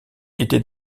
était